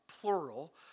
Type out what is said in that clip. plural